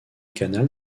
canal